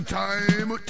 time